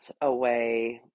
away